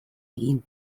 egin